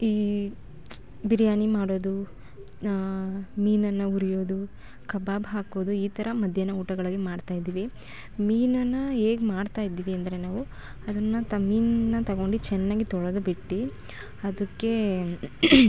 ಈ ಬಿರಿಯಾನಿ ಮಾಡೋದು ಮೀನನ್ನು ಹುರಿಯೋದು ಕಬಾಬ್ ಹಾಕೋದು ಈ ಥರ ಮಧ್ಯಾಹ್ನ ಊಟಗಳಿಗೆ ಮಾಡ್ತಾಯಿದ್ವಿ ಮೀನನ್ನು ಹೇಗ್ ಮಾಡ್ತಾಯಿದ್ವಿ ಅಂದರೆ ನಾವು ಅದನ್ನು ತ ಮೀನನ್ನು ತಗೊಂಡು ಚೆನ್ನಾಗಿ ತೊಳದ್ಬಿಟ್ಟು ಅದುಕ್ಕೇ